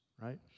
right